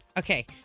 Okay